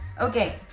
Okay